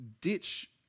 ditch